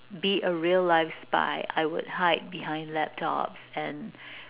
be a real life spy I would hide behind laptops and